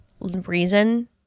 reason